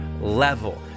level